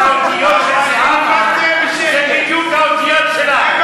האותיות "זהבה"; זה בדיוק האותיות שלה,